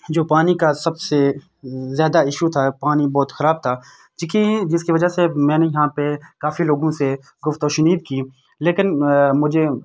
جو پانی کا سب سے زیادہ ایشو تھا پانی بہت خراب تھا چوںکہ جس کی وجہ سے میں نے یہاں پہ کافی لوگوں سے گفت و شنید کی لیکن مجھے